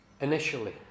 initially